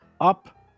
up